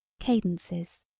cadences,